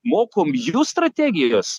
mokom jus strategijos